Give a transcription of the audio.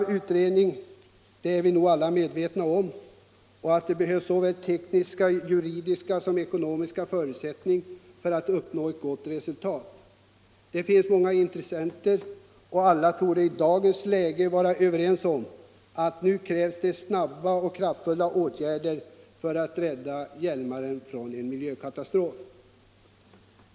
Det finns många intressenter, och alla torde i dagens Om åtgärder mot alltför lågt vattenstånd i Hjälmaren läge vara överens om uatt det nu krävs snabba och krafifulla åtgärder för att rädda Hjälmaren från en miljökatastrof.